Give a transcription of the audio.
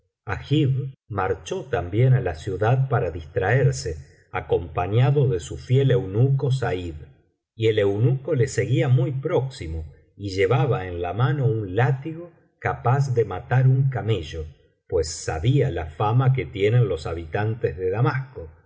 marchó también á la ciudad para distraerse acompañado de su fiel eunuco said y el eunuco le seguía muy próximo y llevaba en la mano un látigo capaz de matar á un camello pues sabía la fama que tienen los habitantes de damasco